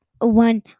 one